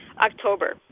October